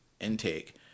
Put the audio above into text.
intake